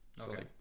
Okay